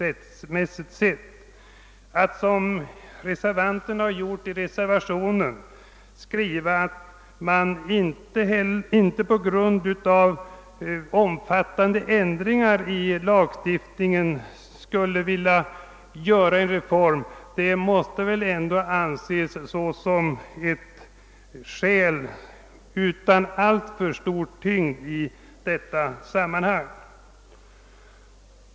Att man, som reservanterna vill, skulle avvisa en reform därför att den skulle kräva omfattande ändringar i lagstiftningen, måste väl ändå betraktas såsom ett argument utan alltför stor tyngd i detta sammanhang.